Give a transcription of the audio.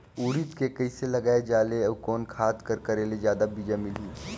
उरीद के कइसे लगाय जाले अउ कोन खाद कर करेले जादा बीजा मिलही?